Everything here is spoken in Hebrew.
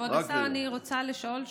כבוד השר, אני רוצה לשאול שוב,